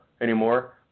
anymore